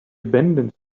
abandons